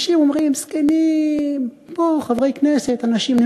אנשים אומרים: זקנים, פה, חברי כנסת, אנשים.